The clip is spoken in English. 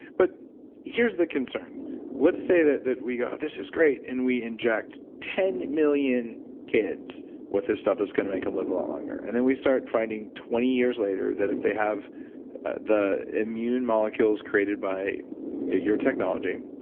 but here's the concern let's say that that we go, this is great, and we inject ten million kids with this stuff that's going to make them live longer and then we start finding twenty years later that if they have the immune molecules created by your technology,